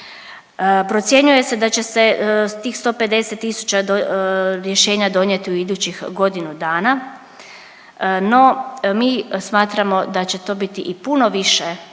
Procjenjuje se da će se tih 150 tisuća rješenja donijeti u idućih godinu dana no mi smatramo da će to biti i puno više i veći